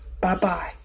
Bye-bye